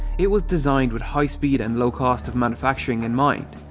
it was designed with high speed and low cost of manufacturing in mind.